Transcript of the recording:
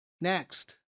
Next